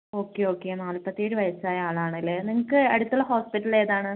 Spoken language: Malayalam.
ഓക്കെ ഓക്കെ നാൽപ്പത്തേഴ് വയസ്സായ ആളാണ് അല്ലേ നിങ്ങൾക്ക് അടുത്തുള്ള ഹോസ്പിറ്റൽ ഏതാണ്